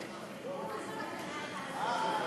אני רוצה לציין שאתמול היה יום ההילולה